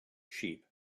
sheep